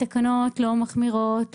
התקנות לא מחמירות,